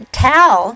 tell